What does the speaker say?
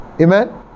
Amen